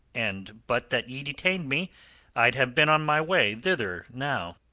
and but that ye detained me i'd have been on my way thither now.